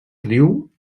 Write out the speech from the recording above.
riu